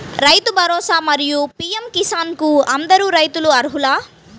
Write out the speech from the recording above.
రైతు భరోసా, మరియు పీ.ఎం కిసాన్ కు అందరు రైతులు అర్హులా?